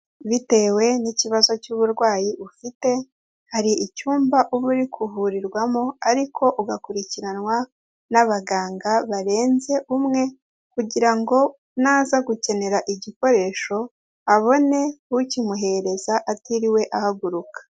Bitewe n'ikibazo cy'uburwayi ufite, hari icyumba uba uri kuvurirwamo, ariko ugakurikiranwa n'abaganga barenze umwe kugira ngo naza gukenera igikoresho, abone ukimuhereza atiriwe ahaguruka.